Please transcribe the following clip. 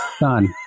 Done